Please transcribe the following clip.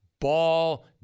Ball